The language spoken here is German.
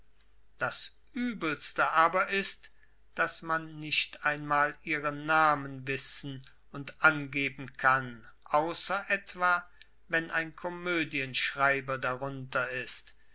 das übelste aber ist daß man nicht einmal ihre namen wissen und angeben kann außer etwa wenn ein komödienschreiber darunter ist